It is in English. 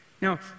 Now